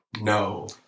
No